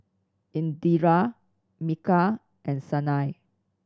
Indira Milkha and Sanal